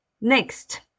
Next